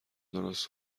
درست